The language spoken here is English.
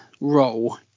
role